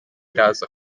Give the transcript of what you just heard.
iraza